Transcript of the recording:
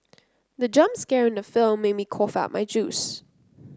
the jump scare in the film made me cough out my juice